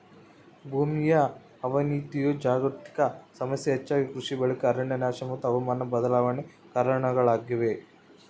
ಭೂಮಿಯ ಅವನತಿಯು ಜಾಗತಿಕ ಸಮಸ್ಯೆ ಹೆಚ್ಚಾಗಿ ಕೃಷಿ ಬಳಕೆ ಅರಣ್ಯನಾಶ ಮತ್ತು ಹವಾಮಾನ ಬದಲಾವಣೆ ಕಾರಣಗುಳಾಗ್ಯವ